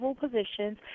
positions